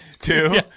Two